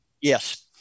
Yes